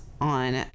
on